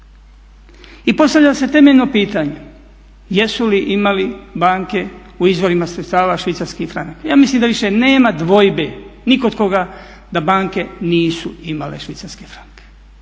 I postavlja se temeljno pitanje, jesu li imali banke u izvorima sredstava švicarski franak? Ja mislim da više nema dvojbe ni kod koda da banke nisu imale švicarski franak.